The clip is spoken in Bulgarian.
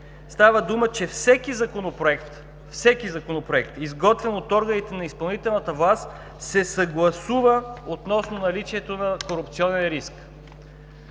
Става дума, че всеки законопроект, изготвен от органите на изпълнителната власт, се съгласува относно наличието на корупционен риск.